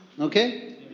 Okay